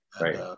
right